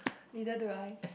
either do I